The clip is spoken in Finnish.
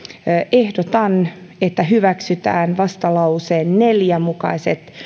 ehdotan että hyväksytään vastalauseen neljä mukaiset